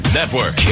Network